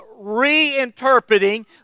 reinterpreting